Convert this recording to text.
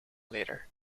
later